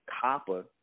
Copper